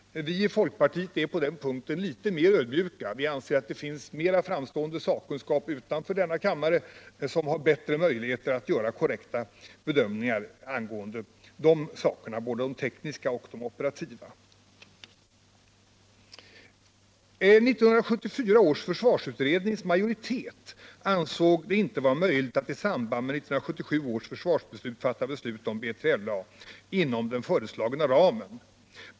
Vi i folkpartiet är på den punkten litet mer ödmjuka. Vi anser att det finns mer framstående sakkunskap utanför denna kammare som har bättre möjligheter att göra korrekta.bedömningar angående de frågorna, både de tekniska och de operativa. 1974 års försvarsutrednings majoritet ansåg det inte möjligt att i samband med 1977 års försvarsbeslut fatta beslut om B3LA inom den föreslagna ramen.